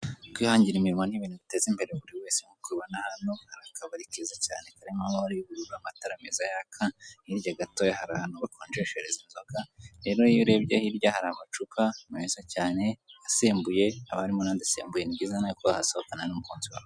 Kwihangira imirimo ni ibintu biteza imbere buri wese nk'uko mubibona hano hari akabari keza cyane karimo amabara y'ubururu rw'amatara meza yaka, hirya gatoya hari ahantu bakonjeshereza inzoga rero iyo urebye hirya hari amacupa meza cyane asembuye haba harimo n'adasembuye ni byiza ko nawe wahasohokana n'umukunzi wawe.